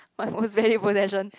my most valued possession